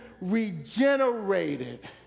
regenerated